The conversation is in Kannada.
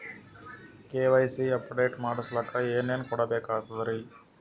ಕೆ.ವೈ.ಸಿ ಅಪಡೇಟ ಮಾಡಸ್ಲಕ ಏನೇನ ಕೊಡಬೇಕಾಗ್ತದ್ರಿ?